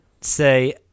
say